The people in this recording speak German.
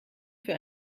für